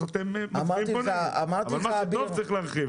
צריך להרחיב.